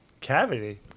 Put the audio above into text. Cavity